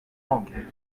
langue